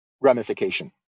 ramification